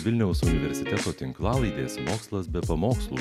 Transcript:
vilniaus universiteto tinklalaidės mokslas be pamokslų